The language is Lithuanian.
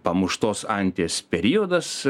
pamuštos anties periodas